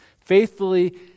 Faithfully